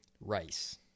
Rice